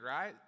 right